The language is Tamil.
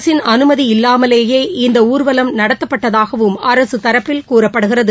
அரசின் அனுமதி இல்லாமலேயே இந்த ஊர்வலம் நடத்தப்பட்டதாகவும் அரசு தரப்பில் கூறப்படுகிறது